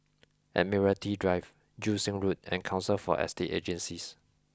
Admiralty Drive Joo Seng Road and Council for Estate Agencies